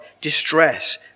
distress